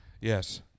Yes